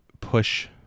push